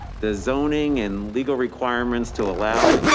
the zoning and legal requirements to allow,